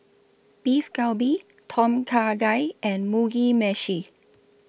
Beef Galbi Tom Kha Gai and Mugi Meshi